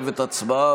הלוי ווסרמן לנדה.